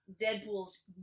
Deadpool's